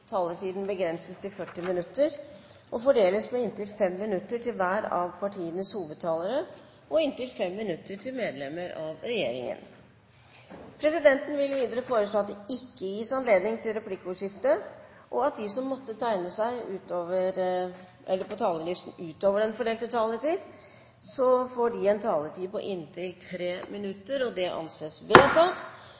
taletiden begrenses til 40 minutter og fordeles med inntil 5 minutter til hvert parti og inntil 5 minutter til medlemmer av regjeringen. Videre vil presidenten foreslå at det ikke gis anledning til replikker, og at de som måtte tegne seg på talerlisten utover den fordelte taletid, får en taletid på inntil